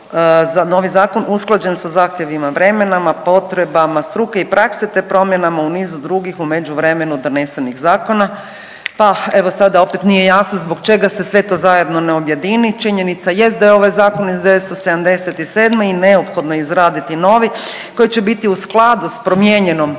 novi zakon usklađen sa zahtjevima vremena, potrebama struke i prakse te promjenama u nizu drugih u međuvremenu donesenih zakona, pa evo opet sada opet nije jasno zbog čega se sve to zajedno ne objedini. Činjenica jest da je ovaj zakon iz 1977. i neophodno je izraditi novi koji će biti u skladu s promijenjenom